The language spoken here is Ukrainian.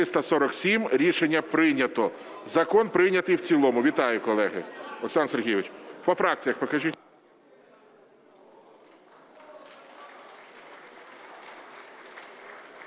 За-347 Рішення прийнято. Закон прийнятий в цілому. Вітаю, колеги. Олександр Сергійович. По фракціях покажіть.